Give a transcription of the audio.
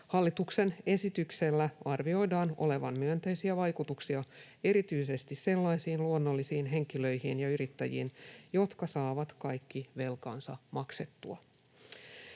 Hallituksen esityksellä arvioidaan olevan myönteisiä vaikutuksia erityisesti sellaisiin luonnollisiin henkilöihin ja yrittäjiin, jotka saavat kaikki velkansa maksettua.